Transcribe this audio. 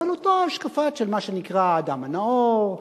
אבל אותה השקפה של מה שנקרא האדם הנאור,